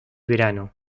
verano